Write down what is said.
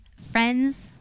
friends